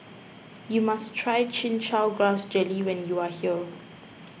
you must try Chin Chow Grass Jelly when you are here